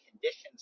conditions